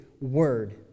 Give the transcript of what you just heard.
Word